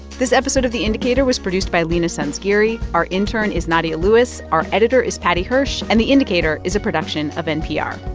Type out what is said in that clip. this episode of the indicator was produced by leena sanzgiri. our intern is nadia lewis. our editor is paddy hirsch. and the indicator is a production of npr